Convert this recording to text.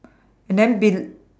and then bel~